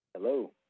Hello